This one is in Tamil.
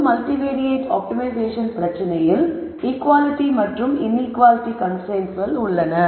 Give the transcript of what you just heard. பொது மல்டிவேரியட் ஆப்டிமைசேஷன் பிரச்சனையில் ஈக்குவாலிட்டி மற்றும் இன்ஈக்குவாலிட்டி கன்ஸ்ரைன்ட்ஸ் உள்ளன